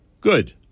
Good